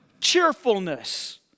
cheerfulness